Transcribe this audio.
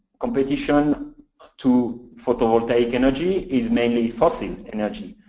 competition to photovoltaic energy is mainly fossil energy.